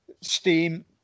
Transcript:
Steam